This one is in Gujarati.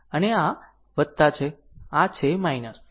અને આ છે આ છે